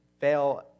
fail